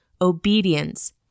obedience